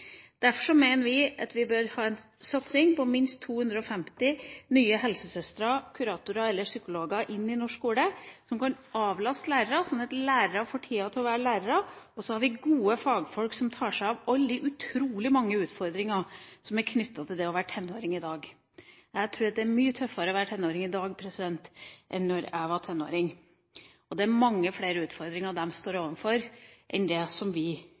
Derfor mener vi at vi bør ha en satsing på minst 250 nye helsesøstre, kuratorer eller psykologer i norsk skole, som kan avlaste lærerne, sånn at lærerne får tid til å være lærere. Så har vi gode fagfolk som tar seg av alle de utrolig mange utfordringene som er knyttet til det å være tenåring i dag. Jeg tror at det er mye tøffere å være tenåring i dag enn da jeg var tenåring. Det er mange flere utfordringer de står overfor nå enn det var da vi